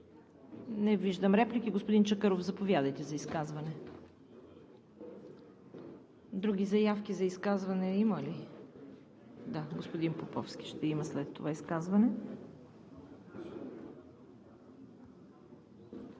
Не виждам. Господин Чакъров, заповядайте за изказване. Други заявки за изказване има ли? Да, господин Поповски ще има след това изказване.